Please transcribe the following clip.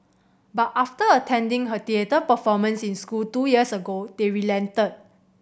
but after attending her theatre performance in school two years ago they relented